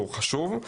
שהוא חשוב,